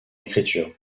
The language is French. écriture